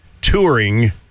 touring